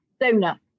donor